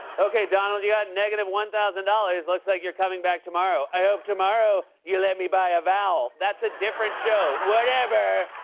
okay, donald, you know got and one thousand. looks like you're coming back tomorrow. i hope tomorrow, you let me by a vowel. that's a different show. whatever.